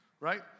right